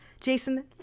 Jason